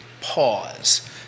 pause